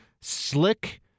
Slick